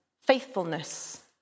faithfulness